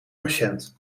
patiënt